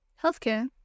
Healthcare